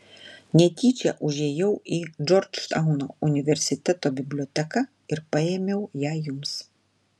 netyčia užėjau į džordžtauno universiteto biblioteką ir paėmiau ją jums